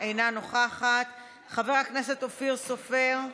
אינה נוכחת, חבר הכנסת אופיר סופר,